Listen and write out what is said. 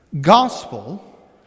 Gospel